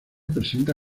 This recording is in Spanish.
presenta